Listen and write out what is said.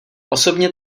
osobně